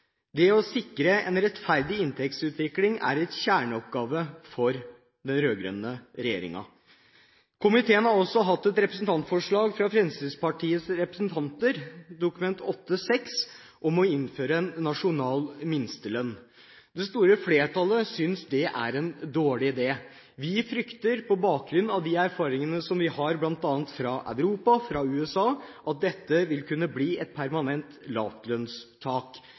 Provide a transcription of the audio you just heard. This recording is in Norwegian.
Det å sikre en rettferdig inntektsutvikling er en kjerneoppgave for den rød-grønne regjeringen. Komiteen har også hatt til behandling et representantforslag fra Fremskrittspartiet, Dokument 8:6 S for 2011–2012, om å innføre en nasjonal minstelønn. Det store flertallet synes det er en dårlig idé. Vi frykter – på bakgrunn av de erfaringene vi har bl.a. fra Europa og USA – at dette vil kunne bli et permanent lavtlønnstak.